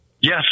Yes